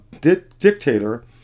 dictator